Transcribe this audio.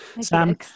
Sam